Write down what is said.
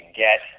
get